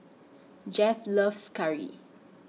Jeff loves Curry